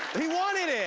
he wanted it.